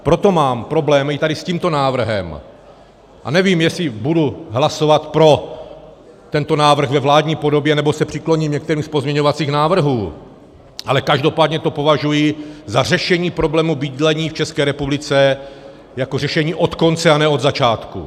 Proto mám problém i tady s tímto návrhem a nevím, jestli budu hlasovat pro tento návrh ve vládní podobě, nebo se přikloním k některému z pozměňovacích návrhů, ale každopádně to považuji za řešení problému bydlení v České republice jako řešení od konce a ne od začátku.